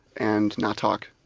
and not talk,